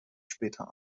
später